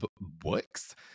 books